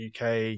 UK